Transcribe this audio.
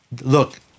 Look